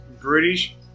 British